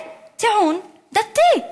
זה טיעון דתי,